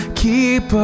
keep